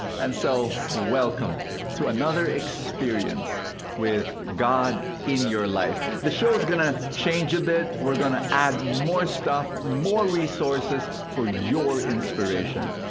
and so, welcome to another experience with god in your life. the show is going to change a bit. we're going to add more stuff, more resources for your inspiration.